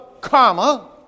comma